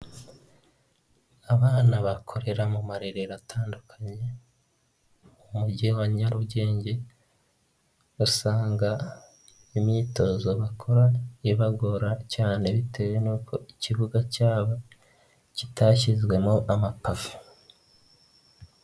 Abana bakorera mu marerero atandukanye mu mujyi wa Nyarugenge basanga imyitozo bakora ibagora cyane bitewe n'uko ikibuga cyabo kitashyizwemo amapave.